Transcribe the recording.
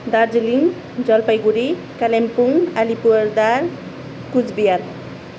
Darjeeling Jalpaiguri Kalimpong Alipurduar Cooch Behar